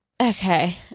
Okay